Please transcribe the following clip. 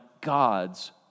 God's